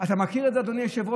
אתה מכיר את זה, אדוני היושב-ראש?